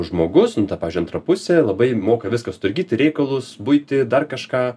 žmogus nu ta pavyzdžiui antra pusė labai moka viską sutvarkyti reikalus buitį dar kažką